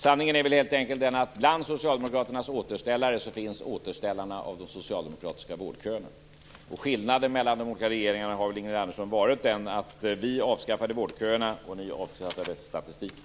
Sanningen är väl helt enkelt den att bland socialdemokraternas återställare finns återställarna av de socialdemokratiska vårdköerna. Skillnaden mellan de olika regeringarna har väl, Ingrid Andersson, varit den att vi avskaffade vårdköerna och ni avskaffade statistiken.